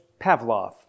Pavlov